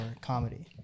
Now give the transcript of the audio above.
comedy